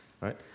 right